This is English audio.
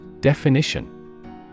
Definition